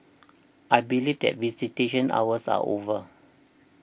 I believe that visitation hours are over